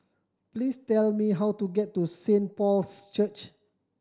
please tell me how to get to Saint Paul's Church